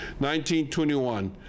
1921